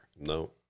No